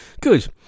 good